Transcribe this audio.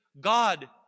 God